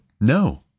no